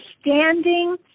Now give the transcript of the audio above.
standing